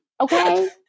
Okay